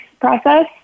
process